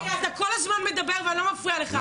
אתה כל הזמן מדבר ואני לא מפריעה לך.